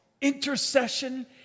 intercession